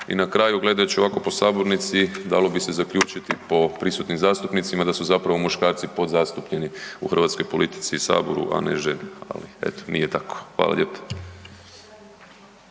I na kraju gledajući ovako po sabornici dalo bi se zaključiti po prisutnim zastupnicima da su zapravo muškarci podzastupljeni u hrvatskoj politici i saboru, a ne žene. Hvala, eto nije tako. Hvala lijepo.